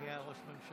מי היה ראש הממשלה?